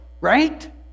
right